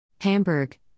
Hamburg